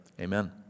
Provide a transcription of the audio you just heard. amen